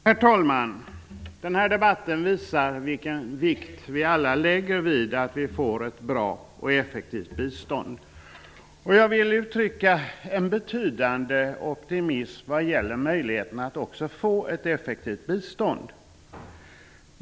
Herr talman! Den här debatten visar vilken vikt vi alla lägger vid att vi får ett bra och effektivt bistånd. Jag vill uttrycka en betydande optimism vad gäller möjligheten att också få ett effektivt bistånd.